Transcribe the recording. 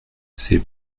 c’est